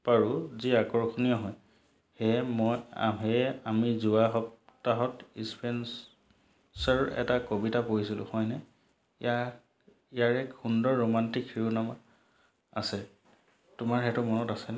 পাৰো যি আকৰ্ষণীয় হয় সেয়ে মই সেয়ে আমি যোৱা সপ্তাহত স্পেনছাৰৰ এটা কবিতা পঢ়িছিলো হয়নে ইয়াৰ ইয়াৰে সুন্দৰ ৰোমান্টিক শিৰোনাম আছে তোমাৰ সেইটো মনত আছে